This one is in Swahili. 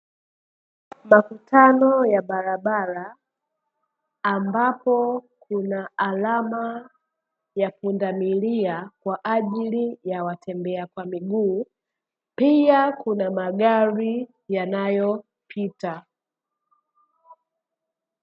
Makutano ya barabara, ambapo kuna alama ya pundamilia kwa ajili ya watembea kwa miguu, pia kuna magari yanayopita.